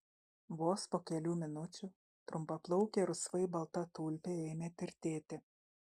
vos po kelių minučių trumpaplaukė rusvai balta tulpė ėmė tirtėti